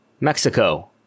Mexico